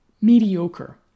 mediocre